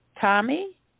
Tommy